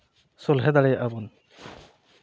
ᱥᱚᱞᱦᱮ ᱫᱟᱲᱮᱭᱟᱜ ᱵᱚᱱ